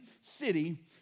city